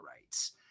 rights